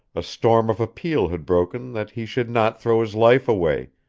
a storm of appeal had broken that he should not throw his life away